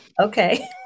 Okay